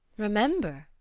remember?